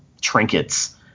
trinkets